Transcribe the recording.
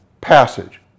passage